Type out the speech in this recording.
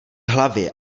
hlavě